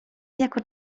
jako